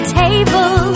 table